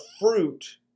fruit